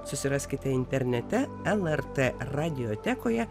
susiraskite internete lrt radiotekoje